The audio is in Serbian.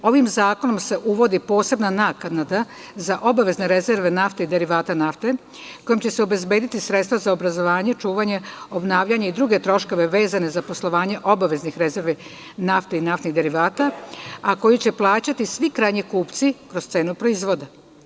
Ovim zakonom se uvodi posebna naknada za obavezne rezerve nafte i derivata nafte, kojom će se obezbediti sredstva za obrazovanje, čuvanje, obnavljanje i druge troškove vezane za poslovanje obaveznih rezervi nafte i naftnih derivata, a koju će plaćati svi krajnji kupci kroz cenu proizvoda.